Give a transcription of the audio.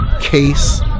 case